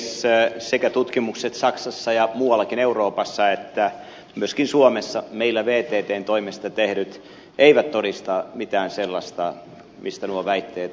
tutkimukset sekä saksassa ja muuallakin euroopassa että myöskin suomessa meillä vttn toimesta tehdyt eivät todista mitään sellaista mistä nuo väitteet ovat kielineet